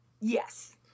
Yes